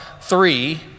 three